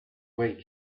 week